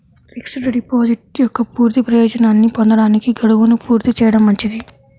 fixed deposit యొక్క పూర్తి ప్రయోజనాన్ని పొందడానికి, గడువును పూర్తి చేయడం మంచిది